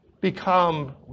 become